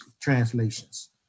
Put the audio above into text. translations